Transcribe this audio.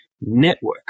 Network